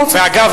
אגב,